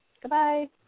Goodbye